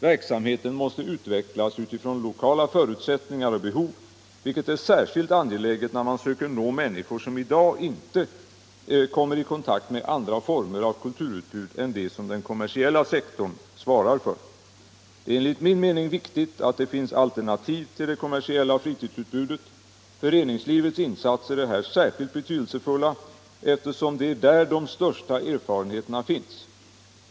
Verksamheten måste utvecklas utifrån lokala förutsättningar och behov, vilket är särskilt angeläget när man söker nå människor som i dag inte kommer i kontakt med andra former av kulturutbud än det som den kommersiella sektorn svarar för. Det är enligt min mening viktigt att det finns alternativ till det kommersialiserade fritidsutbudet. Föreningslivets insatser är här särskilt betydelsefulla, eftersom det är där de största erfarenheterna finns.